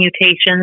mutations